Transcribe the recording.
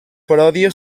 paròdia